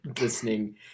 listening